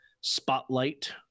Spotlight